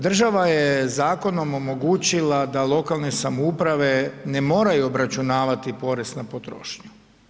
Država je zakonom omogućila da lokalne samouprave ne moraju obračunavati porez na potrošnju.